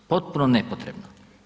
Potpuno nepotrebno.